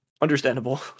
Understandable